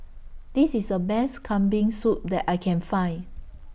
This IS A Best Kambing Soup that I Can Find